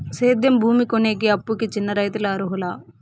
సేద్యం భూమి కొనేకి, అప్పుకి చిన్న రైతులు అర్హులా?